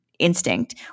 Instinct